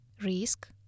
Risk